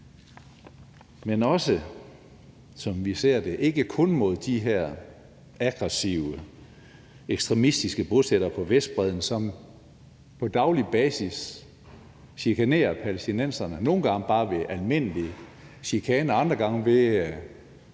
men også, som vi ser det, ikke kun mod de her aggressive, ekstremistiske bosættere på Vestbredden, som på daglig basis chikanerer palæstinenserne – nogle gange bare ved almindelig chikane, andre gange ved midt